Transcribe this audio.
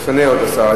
לפני עוד השר.